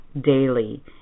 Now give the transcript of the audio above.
daily